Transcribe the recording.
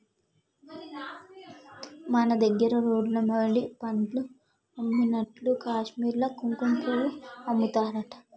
మన దగ్గర రోడ్లెమ్బడి పండ్లు అమ్మినట్లు కాశ్మీర్ల కుంకుమపువ్వు అమ్ముతారట